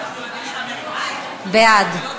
בעד.